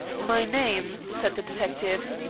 my name, said the detective,